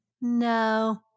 no